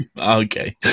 Okay